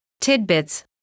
tidbits